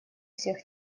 всех